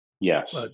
Yes